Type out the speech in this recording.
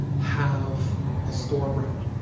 have a store brand.